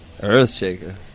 Earthshaker